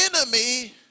enemy